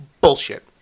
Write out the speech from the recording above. Bullshit